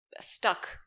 stuck